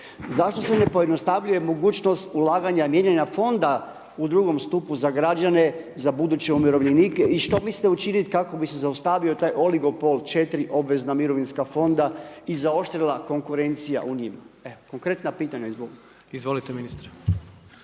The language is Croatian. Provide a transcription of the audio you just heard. Zašto se ne pojednostavljuje mogućnost ulaganja mijenjanje fonda u drugom stupu za građane, za buduće umirovljenike i što mislite učiniti kako bi se zaustavio taj oligopol 4 obvezna mirovinska fonda i zaoštrila konkurencija u njima? Konkretna pitanja. **Jandroković, Gordan